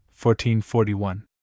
1441